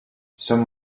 some